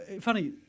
funny